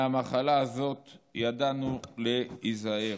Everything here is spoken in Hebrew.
מהמחלה הזאת ידענו להיזהר.